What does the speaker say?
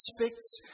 aspects